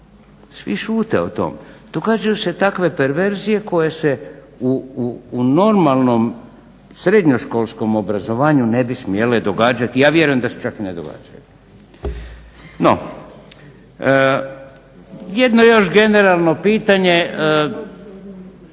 Svi šute o tome. Događaju se takve perverzije koje se u normalnom srednjoškolskom obrazovanju ne bi smjele događati. Ja vjerujem da se čak i ne događaju. No, jedno još generalno pitanje,